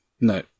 no